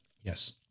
Yes